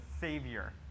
Savior